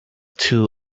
too